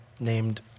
named